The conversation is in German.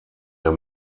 der